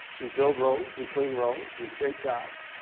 we build roads, we clean roads, we create jobs,